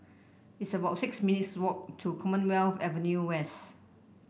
it's about six minutes' walk to Commonwealth Avenue West